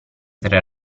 tre